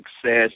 success